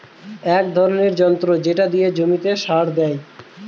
এক ধরনের যন্ত্র যেটা দিয়ে জমিতে সার দেয়